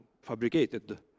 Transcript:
fabricated